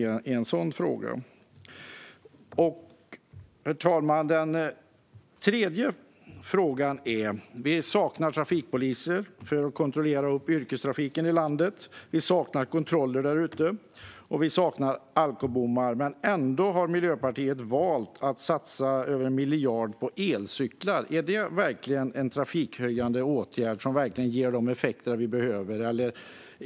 Herr talman! Det saknas trafikpoliser som kan kontrollera yrkestrafiken i landet, och det saknas alkobommar. Ändå har Miljöpartiet valt att satsa över 1 miljard på elcyklar. Är det verkligen en åtgärd som höjer säkerheten i trafiken och ger de effekter vi behöver?